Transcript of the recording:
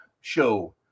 show